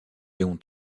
léon